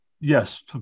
Yes